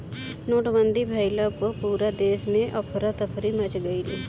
नोटबंदी भइला पअ पूरा देस में अफरा तफरी मच गईल